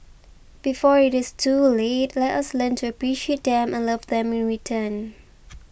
before it is too late let us learn to appreciate them and love them in return